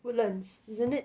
woodlands isn't it